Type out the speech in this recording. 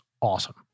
awesome